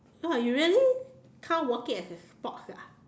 !wah! you really count walking as a sports ah